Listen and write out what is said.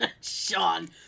Sean